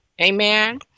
Amen